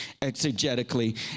exegetically